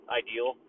ideal